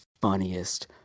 funniest